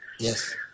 Yes